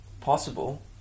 possible